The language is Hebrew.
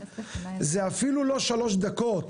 זה אפילו לא שלוש דקות,